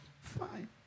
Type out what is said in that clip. fine